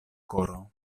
koro